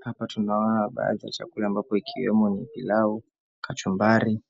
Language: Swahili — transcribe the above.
Hapa tunaona baadhi ya chakula ambapo ikiwemo ni pilau, kachumbari,